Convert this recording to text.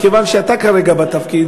מכיוון שאתה כרגע בתפקיד,